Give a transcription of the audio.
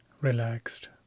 relaxed